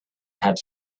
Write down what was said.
had